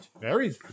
Married